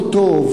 לא טוב,